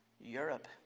Europe